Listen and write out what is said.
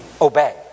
obey